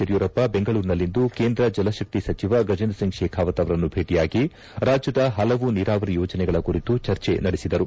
ಯಡಿಯೂರಪ್ಪ ಬೆಂಗಳೂರಿನಲ್ಲಿಂದು ಕೇಂದ್ರ ಜಲಶಕ್ತಿ ಸಚಿವ ಗಜೇಂದ್ರ ಸಿಂಗ್ ಶೇಖಾವತ್ ಅವರನ್ನು ಭೇಟಿಯಾಗಿ ರಾಜ್ಯದ ಹಲವು ನೀರಾವರಿ ಯೋಜನೆಗಳ ಕುರಿತು ಚರ್ಚೆ ನಡೆಸಿದರು